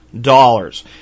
dollars